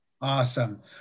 Awesome